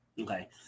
Okay